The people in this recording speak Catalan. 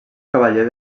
cavaller